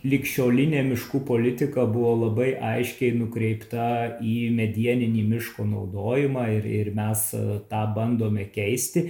ligšiolinė miškų politika buvo labai aiškiai nukreipta į medieninį miško naudojimą ir ir mes tą bandome keisti